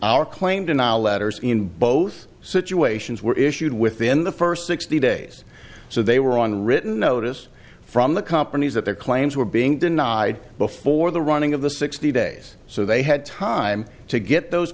our claimed in our letters in both situations were issued within the first sixty days so they were on the written notice from the companies that their claims were being denied before the running of the sixty days so they had time to get those